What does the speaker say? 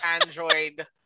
android